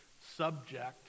subject